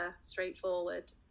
straightforward